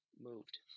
moved